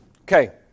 okay